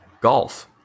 golf